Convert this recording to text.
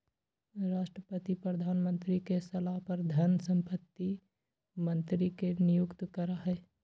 राष्ट्रपति प्रधानमंत्री के सलाह पर धन संपत्ति मंत्री के नियुक्त करा हई